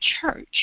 church